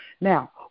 Now